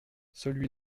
celui